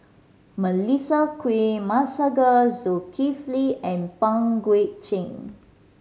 Melissa Kwee Masagos Zulkifli and Pang Guek Cheng